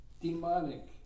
demonic